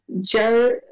Joe